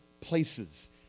places